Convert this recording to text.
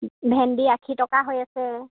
ভেন্দি আশী টকা হৈ আছে